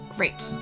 Great